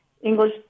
English